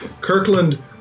Kirkland